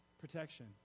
Protection